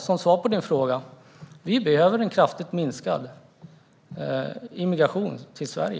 Som svar på din fråga: Ja, vi behöver en kraftigt minskad immigration till Sverige.